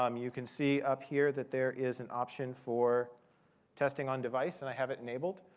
um you can see up here that there is an option for testing on device. and i have it enabled,